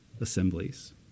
assemblies